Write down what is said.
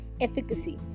efficacy